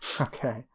Okay